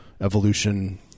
evolution